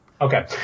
Okay